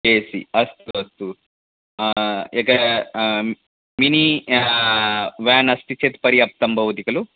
ए सि अस्तु अस्तु एक मिनि वेन् अस्ति चेत् पर्याप्तं भवति खलु